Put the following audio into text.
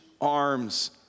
arms